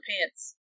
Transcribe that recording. pants